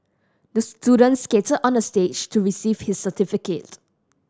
the student skated onto the stage to receive his certificate